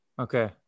Okay